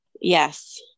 Yes